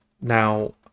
Now